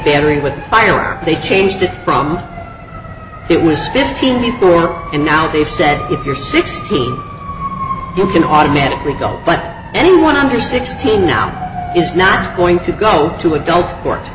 entering with a firearm they changed it from it was fifteen before and now they've said if you're sixteen you can automatically go but anyone under sixteen now is not going to go to adult